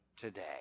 today